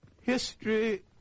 History